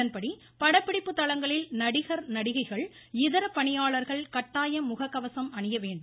இதன்படி படபிடிப்புத் தளங்களில் நடிகர் நடிகைகள் இதர பணியாளர்கள் கட்டாயம் முகக்கவசம் அணியவேண்டும்